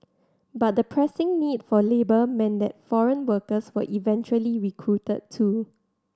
but the pressing need for labour meant that foreign workers were eventually recruited too